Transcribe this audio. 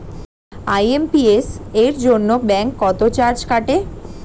IMPS এর জন্য bank কত চার্জ কাটে?